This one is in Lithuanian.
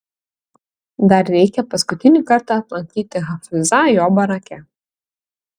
dar reikia paskutinį kartą aplankyti hafizą jo barake